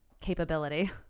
capability